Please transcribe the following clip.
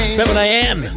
7am